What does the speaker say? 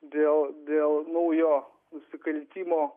dėl dėl naujo nusikaltimo